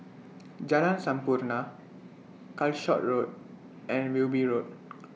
Jalan Sampurna Calshot Road and Wilby Road